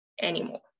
anymore